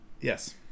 Yes